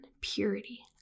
purity